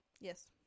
Yes